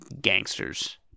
gangsters